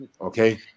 Okay